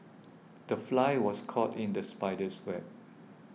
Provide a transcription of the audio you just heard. the fly was caught in the spider's web